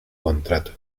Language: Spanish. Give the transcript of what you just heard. contrato